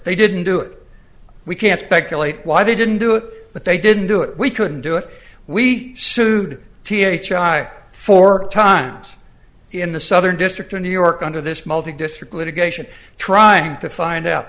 they didn't do it we can speculate why they didn't do it but they didn't do it we couldn't do it we sued th i four times in the southern district of new york under this multi district litigation trying to find out